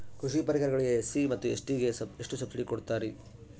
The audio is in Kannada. ಕೃಷಿ ಪರಿಕರಗಳಿಗೆ ಎಸ್.ಸಿ ಮತ್ತು ಎಸ್.ಟಿ ಗೆ ಎಷ್ಟು ಸಬ್ಸಿಡಿ ಕೊಡುತ್ತಾರ್ರಿ?